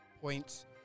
points